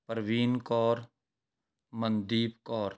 Parveen Kaur Mandeep Kaur